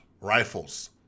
rifles